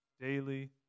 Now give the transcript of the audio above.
daily